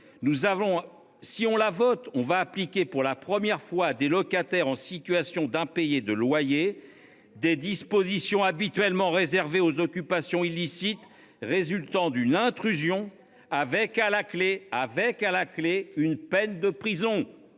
si on la vote on va appliquer pour la première fois des locataires en situation d'impayés de loyers. Des dispositions habituellement réservé aux occupation illicite résultant d'une intrusion avec à la clé. Avec à la clé une peine de prison.